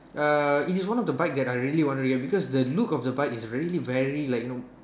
uh it is one of the bike that I really want to get because the look of the bike is really very like you know